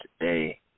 today